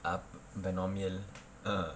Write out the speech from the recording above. ah binomial ah